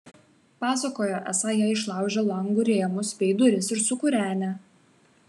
pasakojo esą jie išlaužę langų rėmus bei duris ir sukūrenę